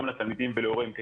גם לתלמידים וגם להוריהם.